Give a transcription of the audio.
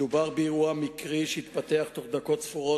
מדובר באירוע מקרי שהתפתח תוך דקות ספורות